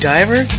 Diver